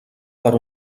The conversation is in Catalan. per